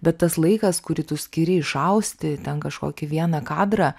bet tas laikas kurį tu skiri išausti ten kažkokį vieną kadrą